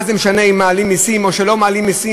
מה זה משנה אם מעלים מסים או שלא מעלים מסים